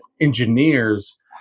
engineers